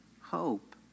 hope